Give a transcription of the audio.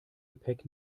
gepäck